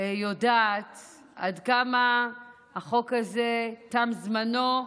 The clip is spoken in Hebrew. יודעת עד כמה החוק הזה, תם זמנו,